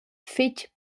fetg